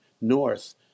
north